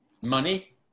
Money